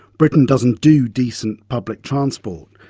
britain doesn't do decent public transport.